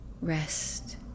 Rest